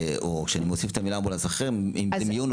או כשאני מוסיף את המילה "אמבולנס אחר" ממיון.